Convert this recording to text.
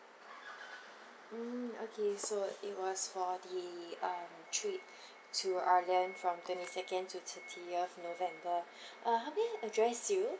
mm okay so it was for the um trip to ireland from twenty second to thirtieth november uh how may I address you